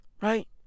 right